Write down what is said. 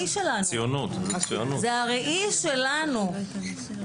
נכון שמשרד החינוך יוביל הסתכלות בראייה רחבה על חינוך עולים